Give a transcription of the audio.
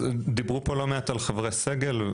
דיברו כאן לא מעט על חברי סגל,